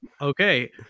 Okay